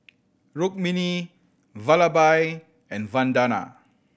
Rukmini Vallabhbhai and Vandana